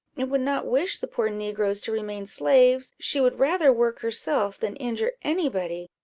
and would not wish the poor negroes to remain slaves she would rather work herself than injure any body.